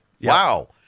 Wow